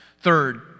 Third